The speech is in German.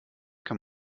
kann